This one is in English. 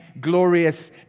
glorious